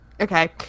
okay